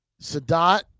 Sadat